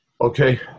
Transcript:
Okay